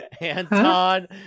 Anton